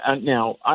Now